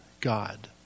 God